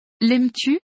l'aimes-tu